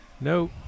No